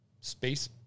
space